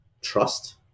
trust